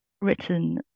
written